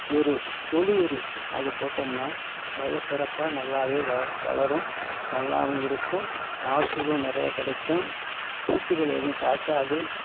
எரு தொழு எரு அது போட்டம்னா வய சிறப்பாக நல்லாவே வள வளரும் நல்லாவும் இருக்கும் மகசூலும் நிறைய கிடைக்கும் பூச்சிகள் எதுவும் தாக்காது